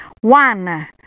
One